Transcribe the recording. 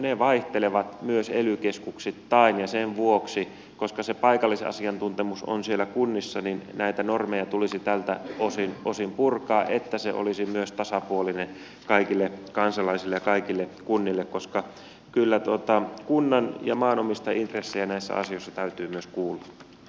ne vaihtelevat myös ely keskuksittain ja sen vuoksi koska se paikallisasiantuntemus on siellä kunnissa näitä normeja tulisi tältä osin purkaa että ne olisivat myös tasapuolisia kaikille kansalaisille ja kaikille kunnille koska kyllä kunnan ja maanomistajien intressejä näissä asioissa täytyy myös kuulla